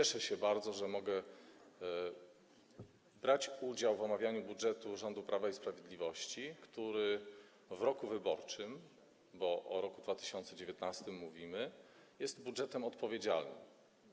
Cieszę się bardzo, że mogę brać udział w omawianiu budżetu rządu Prawa i Sprawiedliwości, który w roku wyborczym, bo mówimy o roku 2019, jest budżetem odpowiedzialnym.